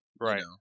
Right